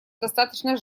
достаточно